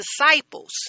disciples